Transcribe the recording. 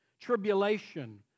tribulation